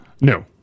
No